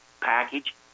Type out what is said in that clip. package